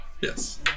Yes